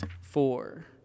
four